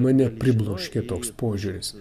mane pribloškė toks požiūris